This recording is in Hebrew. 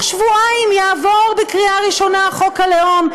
שבועיים יעבור בקריאה ראשונה חוק הלאום.